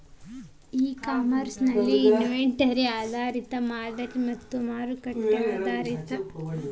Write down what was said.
E commerce ನಲ್ಲಿ inventory ಆಧಾರಿತ ಮಾದರಿ ಮತ್ತ ಮಾರುಕಟ್ಟೆ ಆಧಾರಿತ ಮಾದರಿಯ ನಡುವಿನ ವ್ಯತ್ಯಾಸಗಳೇನ ರೇ?